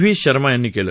V Sharma यांनी केलं